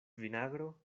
vinagro